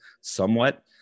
somewhat